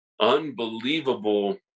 unbelievable